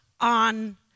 on